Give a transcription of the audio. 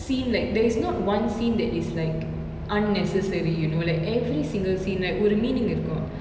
scene like there is not one scene that is like unnecessary you know like every single scene right ஒரு:oru meaning இருக்கு:iruku